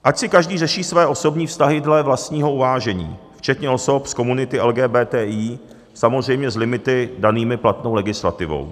Ať si každý řeší své osobní vztahy dle vlastního uvážení, včetně osob z komunity LGBTI, samozřejmě s limity danými platnou legislativou.